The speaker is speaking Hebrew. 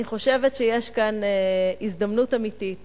אני חושבת שיש כאן הזדמנות אמיתית